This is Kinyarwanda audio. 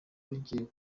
rugiye